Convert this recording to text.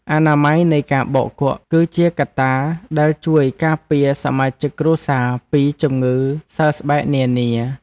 អនាម័យនៃការបោកគក់ គឺជាកត្តាដែលជួយការពារសមាជិកគ្រួសារពីជំងឺសើស្បែកនានា។